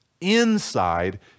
inside